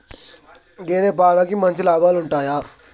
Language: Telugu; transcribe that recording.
గేదే పాలకి మంచి లాభాలు ఉంటయా?